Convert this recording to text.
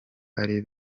ari